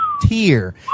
tier